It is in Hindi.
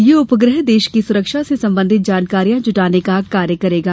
यह उपग्रह देश की सुरक्षा से संबंधित जानकारियां जुटाने का कार्य करेगा